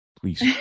Please